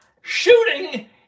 Shooting